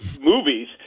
movies